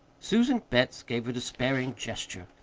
susan betts gave a despairing gesture.